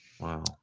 Wow